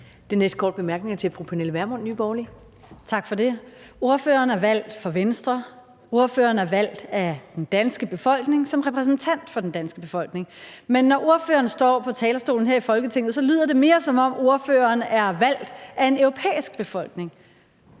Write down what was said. Nye Borgerlige. Kl. 14:06 Pernille Vermund (NB): Tak for det. Ordføreren er valgt for Venstre, og ordføreren er valgt af den danske befolkning som repræsentant for den danske befolkning, men når ordføreren står på talerstolen her i Folketinget, lyder det mere, som om ordføreren er valgt af en europæisk befolkning.